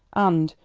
and,